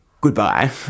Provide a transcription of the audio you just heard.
Goodbye